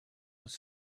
was